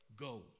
Go